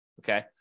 Okay